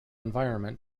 environment